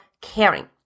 caring